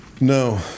No